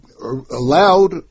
allowed